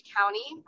County